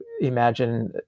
imagine